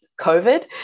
COVID